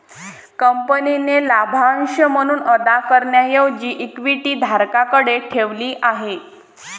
कंपनीने लाभांश म्हणून अदा करण्याऐवजी इक्विटी धारकांकडे ठेवली आहे